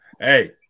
hey